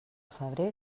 febrer